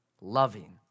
loving